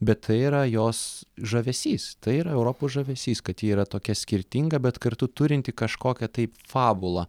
bet tai yra jos žavesys tai yra europos žavesys kad ji yra tokia skirtinga bet kartu turinti kažkokią tai fabulą